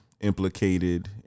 implicated